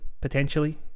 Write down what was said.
potentially